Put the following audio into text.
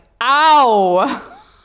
Ow